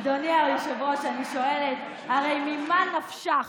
אדוני היושב-ראש, אני שואלת: הרי ממה נפשך?